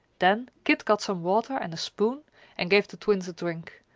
then kit got some water and a spoon and gave the twins a drink,